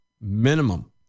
minimum